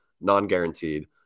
non-guaranteed